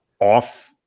off